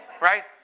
Right